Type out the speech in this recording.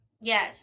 yes